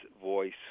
voice